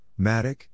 Matic